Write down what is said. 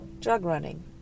drug-running